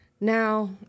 Now